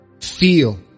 feel